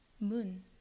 moon